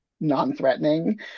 non-threatening